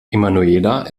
emanuela